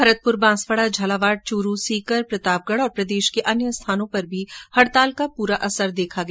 भरतपुर बांसवाड़ा झालावाड़ चूरू सीकर प्रतापगढ और प्रदेश के अन्य स्थानों पर भी हड़ताल का पूरा असर देखा गया